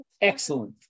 Excellent